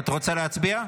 את רוצה להצביע?